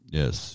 yes